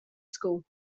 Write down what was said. school